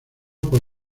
por